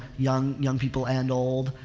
young, young people and old.